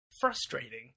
frustrating